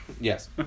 Yes